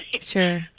Sure